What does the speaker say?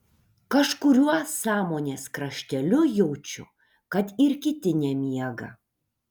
kažkuriuo sąmonės krašteliu jaučiu kad ir kiti nemiega